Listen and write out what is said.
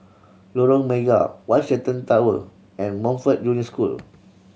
Lorong Mega One Shenton Tower and Montfort Junior School